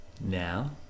now